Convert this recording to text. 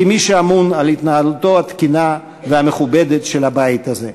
כמי שאמון על התנהלותו התקינה והמכובדת של הבית הזה: